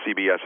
CBS